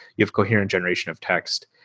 you have coherent generation of text.